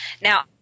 Now